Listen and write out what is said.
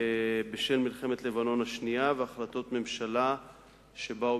בשל מלחמת לבנון השנייה והחלטות הממשלה שבאו